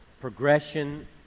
Progression